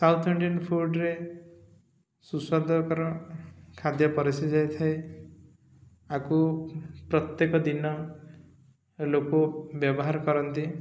south Indian ଫୁଡ଼୍ରେ ସୁସ୍ୱାଦକର ଖାଦ୍ୟ ପରିଶ ଯାଇଥାଏ ଆକୁ ପ୍ରତ୍ୟେକ ଦିନ ଲୋକ ବ୍ୟବହାର କରନ୍ତି